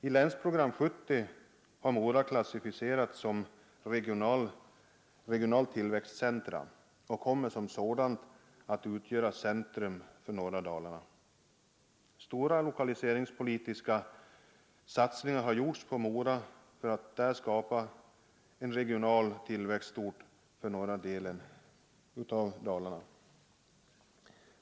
I Länsprogram 70 har Mora hänförts till gruppen regionala tillväxtcentra och kommer som sådant att utgöra centrum för norra Dalarna. Stora lokaliseringspolitiska satsningar har gjorts på Mora för att där skapa en regional tillväxtort för norra delen av Dalarna.